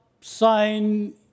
sign